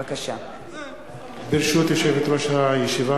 ברשות יושבת-ראש הישיבה,